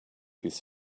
his